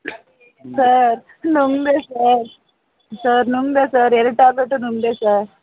sir ನುಂಗಿದೆ sir sir ನುಂಗಿದೆ sir ಎರಡು ಟ್ಯಾಬ್ಲೆಟು ನುಂಗಿದೆ ಸರ್